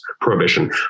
prohibition